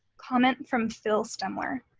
comment from phil stemler.